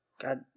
God